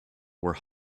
were